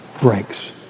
breaks